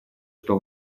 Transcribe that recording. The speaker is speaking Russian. что